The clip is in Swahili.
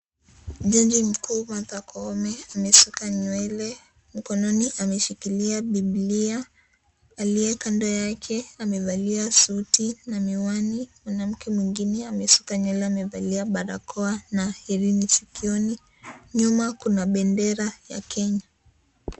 Jaji mkuu Martha Koome amesuka nywele, mkononi ameshikilia bibilia. Aliyekando yake amevalia suti na miwani, mwanamke mwingine amesuka nywele amevalia barakoa na hili ni sikioni, nyuma kuna bendera ya Kenya.